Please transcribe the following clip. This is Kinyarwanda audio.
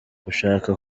gushaka